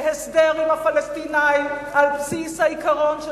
והסדר עם הפלסטינים על בסיס העיקרון של